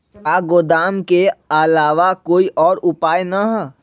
का गोदाम के आलावा कोई और उपाय न ह?